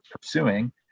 pursuing